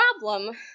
problem